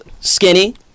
Skinny